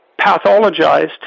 pathologized